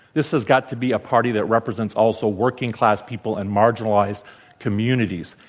this has got to be a party that represents also working-class people and marginalized communities.